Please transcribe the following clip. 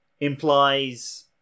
implies